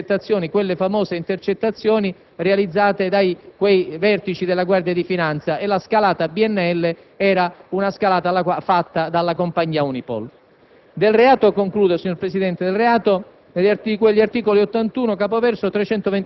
espresso riferimento alla scalata BNL come oggetto delle intercettazioni, quelle famose intercettazioni realizzate da quei vertici della Guardia di finanza. E la scalata BNL era una scalata fatta della compagnia UNIPOL.